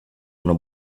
una